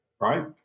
right